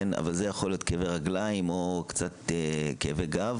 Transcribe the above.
אבל זה יכול להיות כאבי רגליים או קצת כאבי גב